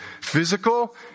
physical